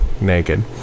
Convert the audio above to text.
naked